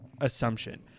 assumption